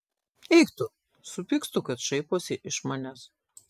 eik tu supykstu kad šaiposi iš manęs